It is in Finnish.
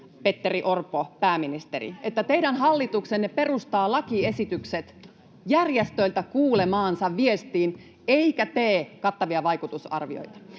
Petteri Orpo, että teidän hallituksenne perustaa lakiesitykset järjestöiltä kuulemaansa viestiin eikä tee kattavia vaikutusarvioita?